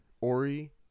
Ori